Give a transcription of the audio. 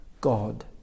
God